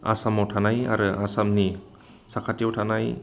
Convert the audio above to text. आसामाव थानाय आरो आसामनि साखाथियाव थानाय